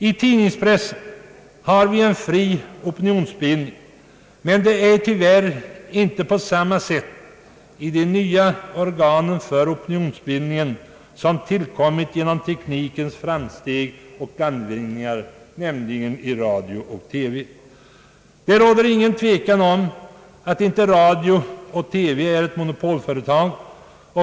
I tidningspressen har vi en fri opinionsbildning, men det är tyvärr inte på samma sätt när det gäller de nya organ för opinionsbildningen som tillkommit genom teknikens framsteg och landvinningar, nämligen radio och TV. Det råder ingen tvekan om att radio och TV är ett monopolföretag.